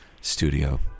studio